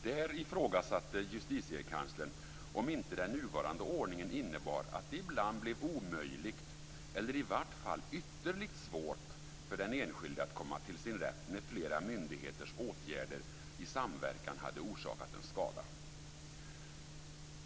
Där ifrågasatte Justitiekanslern om inte den nuvarande ordningen innebar att det ibland blev omöjligt eller i vart fall ytterligt svårt för den enskilde att komma till sin rätt när flera myndigheters åtgärder i samverkan hade orsakat en skada.